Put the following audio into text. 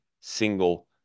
single